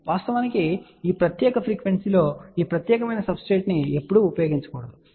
వాస్తవానికి ఈ ప్రత్యేకఫ్రీక్వెన్సీలో ఈ ప్రత్యేకమైన సబ్స్ట్రెట్ ని ఎప్పుడూ ఉపయోగించకూడదు సరే